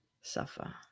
suffer